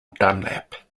dunlap